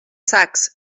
sacs